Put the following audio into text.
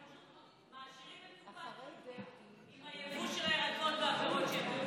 הם פשוט מעשירים את קופת טורקיה עם היבוא של הירקות והפירות על